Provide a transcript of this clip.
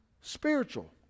spiritual